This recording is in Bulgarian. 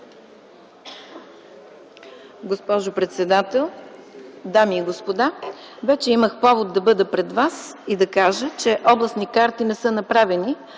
Госпожо председател, дами и господа! Вече имах повод да бъда пред вас и да кажа, че областни карти не са направени,